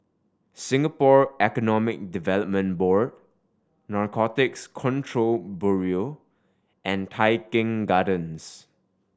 Singapore Economic Development Board Narcotics Control Bureau and Tai Keng Gardens